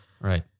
Right